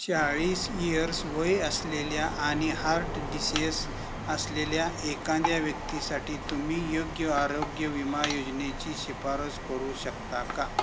चाळीस इयर्स वय असलेल्या आणि हार्ट डिसेस असलेल्या एखाद्या व्यक्तीसाठी तुम्ही योग्य आरोग्य विमा योजनेची शिफारस करू शकता का